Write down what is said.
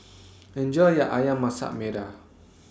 Enjoy your Ayam Masak Merah